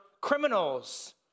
criminals